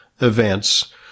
events